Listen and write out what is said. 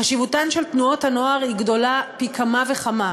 חשיבותן של תנועות הנוער היא גדולה פי כמה וכמה.